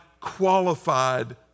qualified